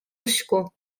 usku